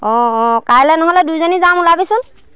অঁ অঁ কাইলে নহ'লে দুইজনী যাম ওলাবিচোন